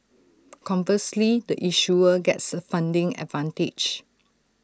conversely the issuer gets A funding advantage